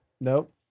Nope